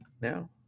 now